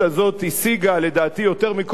לדעתי יותר מכל ממשלה אחרת,